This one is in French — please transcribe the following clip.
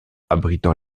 abritant